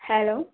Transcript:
hello